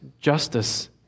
justice